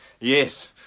yes